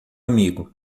amigo